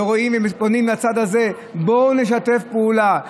ופונים לצד הזה: בואו נשתף פעולה.